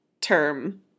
term